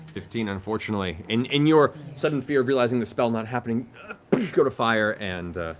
fifteen. unfortunately, in in your sudden fear of realizing the spell not happening, you go to fire and